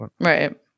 Right